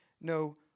no